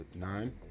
nine